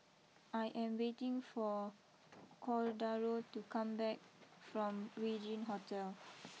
I am waiting for Cordaro to come back from Regin Hotel